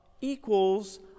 equals